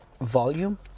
volume